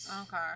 Okay